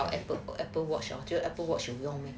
apple apple watch 你觉得 apple watch 有用 meh